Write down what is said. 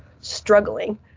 struggling